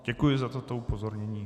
Děkuji za toto upozornění.